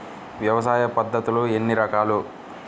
వ్యవసాయ పద్ధతులు ఎన్ని రకాలు?